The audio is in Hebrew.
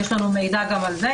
יש לנו מידע גם על זה.